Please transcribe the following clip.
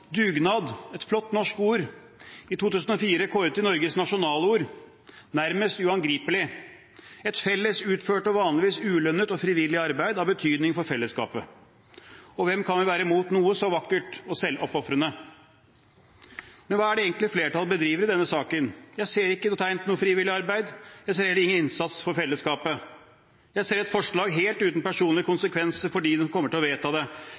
dugnad, et flott norsk ord. I 2004 er det kåret til Norges nasjonalord: nærmest uangripelig, et felles utført og vanligvis ulønnet og frivillig arbeid av betydning for fellesskapet. Hvem kan være imot noe så vakkert og selvoppofrende? Men hva er det egentlig flertallet bedriver i denne saken? Jeg ser ikke tegn til noe frivillig arbeid, jeg ser ingen innsats for fellesskapet. Jeg ser et forslag helt uten personlig konsekvens for dem som kommer til å vedta det.